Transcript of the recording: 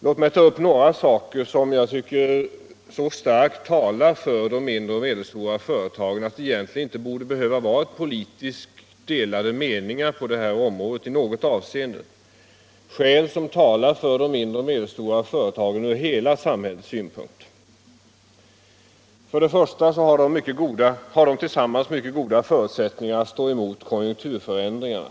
Låt mig ta upp några saker som jag tycker talar så starkt för de mindre och medelstora företagen att det egentligen inte borde råda delade politiska uppfattningar på detta område i något avseende, skäl som talar för de mindre och medelstora företagen ur hela samhällets synpunkt. 1. De mindre och medelstora företagen har mycket goda förutsättningar att stå emot konjunkturförändringarna.